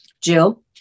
Jill